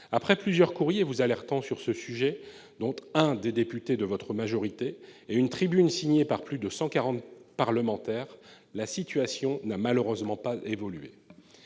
Après plusieurs courriers vous alertant sur ce sujet, dont un émanant de députés de votre majorité, et une tribune signée par plus de 140 parlementaires, la situation n'a malheureusement pas évolué.